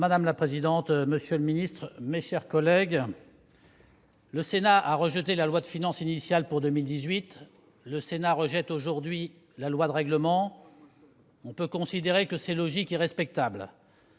Madame la présidente, monsieur le secrétaire d'État, mes chers collègues, le Sénat a rejeté la loi de finances initiale pour 2018 ; le Sénat rejette aujourd'hui la loi de règlement. On peut considérer que c'est logique et respectable.